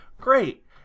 great